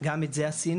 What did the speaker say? גם את זה עשינו.